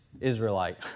Israelite